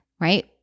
right